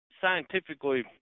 scientifically